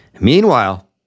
Meanwhile